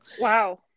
Wow